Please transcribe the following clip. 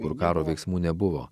kur karo veiksmų nebuvo